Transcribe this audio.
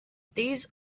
these